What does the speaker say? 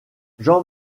jean